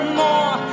more